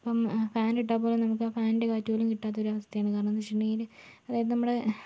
ഇപ്പോൾ ഫാനിട്ടാൽ പോലും നമുക്ക് ആ ഫാനിൻ്റെ കാറ്റുപോലും കിട്ടാത്തൊരു അവസ്ഥയാണ് കാരണമെന്ന് വെച്ചിട്ടുണ്ടെങ്കില് അതായത് നമ്മുടെ